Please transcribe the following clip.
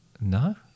no